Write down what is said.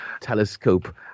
telescope